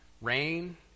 rain